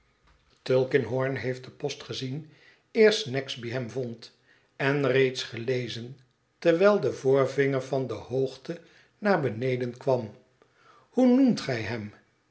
tulkinghorn heeft den post gezien eer snagsby hem vond en reeds gelezen terwijl de voorvinger van de hoogte naar beneden kwam hoe noemt gij hem